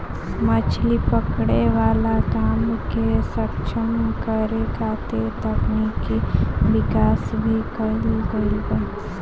मछली पकड़े वाला काम के सक्षम करे खातिर तकनिकी विकाश भी कईल गईल बा